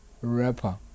rapper